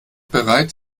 bereit